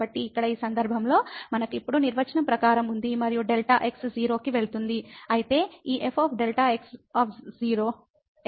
కాబట్టి ఇక్కడ ఈ సందర్భంలో మనకు ఇప్పుడు నిర్వచనం ప్రకారం ఉంది మరియు Δ x 0 కి వెళుతుంది